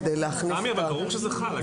כדי להכניס אותו ברור שזה חל.